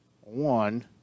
one